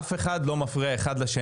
אף אחד לא מפריע לשני.